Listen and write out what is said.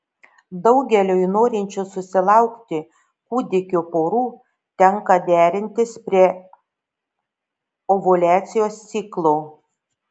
daugeliui norinčių susilaukti kūdikio porų tenka derintis prie ovuliacijos ciklo